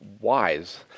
wise